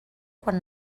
quan